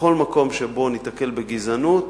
בכל מקום שבו ניתקל בגזענות,